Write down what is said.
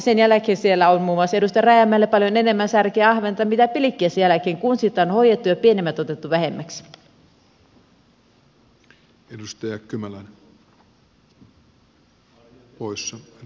sen jälkeen siellä on muun muassa edustaja rajamäelle paljon enemmän särkeä ja ahventa kuin pilkkimisen jälkeen kun sitä on hoidettu ja pienemmät otettu vähemmäksi